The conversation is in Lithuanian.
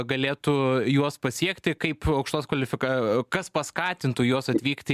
galėtų juos pasiekti kaip aukštos kvalifika kas paskatintų juos atvykti